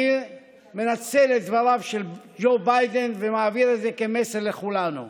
אני מנצל את דבריו של ג'ו ביידן ומעביר את זה כמסר לכולנו.